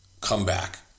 comeback